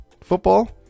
football